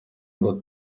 ngo